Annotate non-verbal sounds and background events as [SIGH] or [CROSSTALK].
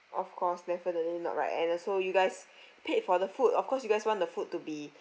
of course definitely not right and also you guys [BREATH] paid for the food of course you guys want the food to be